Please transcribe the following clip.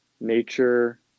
nature